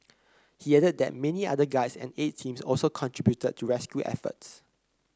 he added that many other guides and aid teams also contributed to rescue efforts